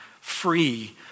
free